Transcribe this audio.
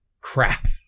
crap